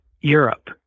Europe